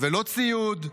ולא ציוד.